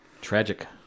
Tragic